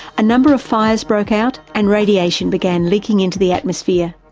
a number of fires broke out and radiation began leaking into the atmosphere.